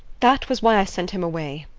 that was why i sent him away.